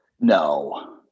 No